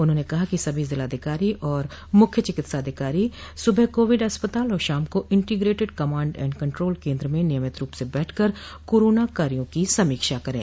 उन्होंने कहा कि सभी जिलाधिकारी और मुख्य चिकित्साधिकारी सुबह कोविड चिकित्सालय और शाम को इंटीग्रेटेड कमांड एण्ड कंट्रोल केन्द्र में नियमित रूप से बैठ कर कोरोना कार्यो की समीक्षा करे